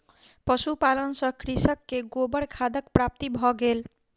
पशुपालन सॅ कृषक के गोबर खादक प्राप्ति भ गेल